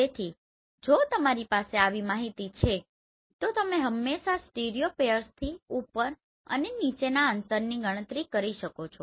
તેથી જો તમારી પાસે આવી માહિતી છે તો તમે હંમેશાં સ્ટીરિયોપેર્સથી ઉપર અને નીચેના અંતરની ગણતરી કરી શકો છો